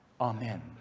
Amen